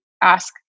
ask